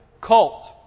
cult